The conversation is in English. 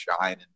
shine